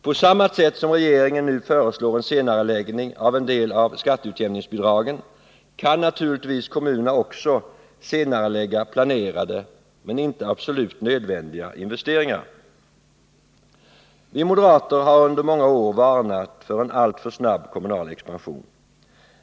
På samma sätt som regeringen nu föreslår en senareläggning av en del av skatteutjämningsbidragen kan naturligtvis kommunerna också senarelägga planerade men inte absolut nödvändiga investeringar. Vi moderater har under många år varnat för en alltför snabb kommunal expansion.